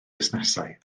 fusnesau